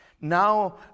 Now